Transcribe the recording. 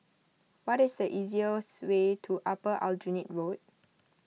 what is the easiest way to Upper Aljunied Road